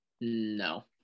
No